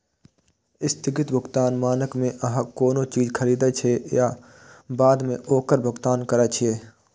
स्थगित भुगतान मानक मे अहां कोनो चीज खरीदै छियै आ बाद मे ओकर भुगतान करै छियै